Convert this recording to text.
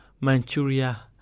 Manchuria